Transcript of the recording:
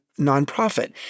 nonprofit